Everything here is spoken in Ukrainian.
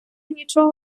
нічого